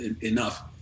enough